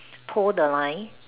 tow the line